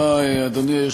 בבקשה, אדוני.